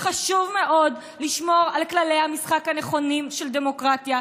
וחשוב מאוד לשמור על כללי המשחק הנכונים של דמוקרטיה,